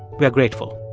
we are grateful